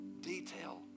detail